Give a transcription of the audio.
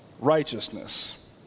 righteousness